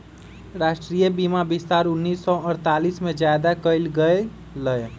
राष्ट्रीय बीमा विस्तार उन्नीस सौ अडतालीस में ज्यादा कइल गई लय